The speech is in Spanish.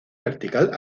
vertical